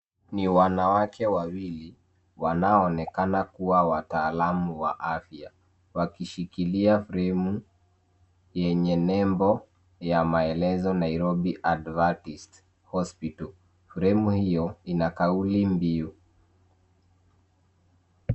Ni wanawake wawili wanaoonekana kuwa wataalamu wa afya, wakishikilia fremu yenye nembo ya maelezo Nairobi advasist hospital. Fremu hiyo ina kauli mbiu.